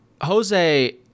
Jose